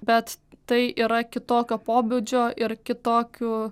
bet tai yra kitokio pobūdžio ir kitokių